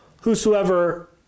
Whosoever